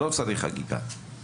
לא צריך חקיקה,